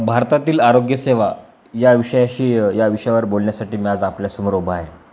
भारतातील आरोग्य सेवा या विषयाशी या विषयावर बोलण्यासाठी मी आज आपल्यासमोर उभा आहे